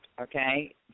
okay